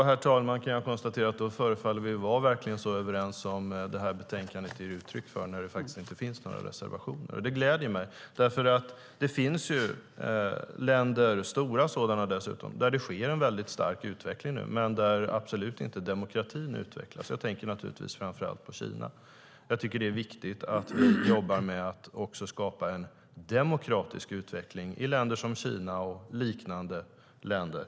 Herr talman! Då kan jag konstatera att vi verkligen förefaller vara så överens som utlåtandet ger uttryck för när det inte finns några reservationer. Det gläder mig. Det finns länder - stora sådana, dessutom - där det sker en stark utveckling men där demokratin absolut inte utvecklas. Jag tänker naturligtvis framför allt på Kina. Jag tycker att det är viktigt att vi jobbar med att skapa också en demokratisk utveckling i Kina och i liknande länder.